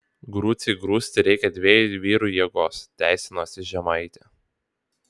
grucei grūsti reikia dviejų vyrų jėgos teisinosi žemaitė